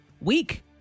week